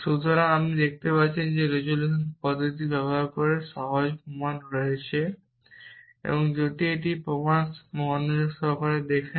সুতরাং আপনি দেখতে পাচ্ছেন যে রেজোলিউশন পদ্ধতি ব্যবহার করে সহজ প্রমাণ রয়েছে এবং যদি একটি প্রমাণ মনোযোগ সহকারে দেখেন